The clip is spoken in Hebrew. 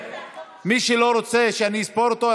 מי שלא רוצה שאני אספור אותו,